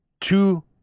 two